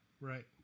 Right